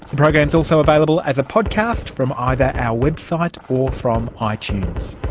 the program is also available as a podcast from either our website or from ah itunes.